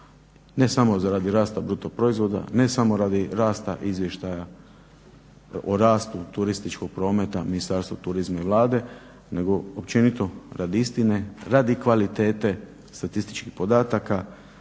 ne samo radi rasta bruto proizvoda, ne samo radi rasta izvještaja o rastu turističkog prometa Ministarstva turizma i Vlade nego općenito radi istine, radi kvalitete statističkih podataka